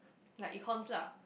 like econs lah